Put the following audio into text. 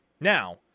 Now